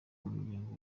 umuryango